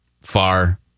far